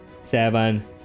Seven